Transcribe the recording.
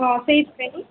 ହଁ ସେଇଥିପାଇଁ